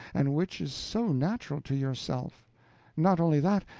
and which is so natural to yourself not only that,